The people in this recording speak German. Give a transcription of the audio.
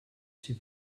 sie